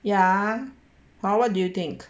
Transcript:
ya ah what do you think